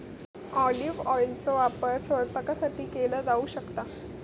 olive ऑइलचो वापर स्वयंपाकासाठी वापर केलो जाऊ शकता